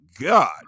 God